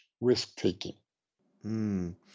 risk-taking